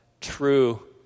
true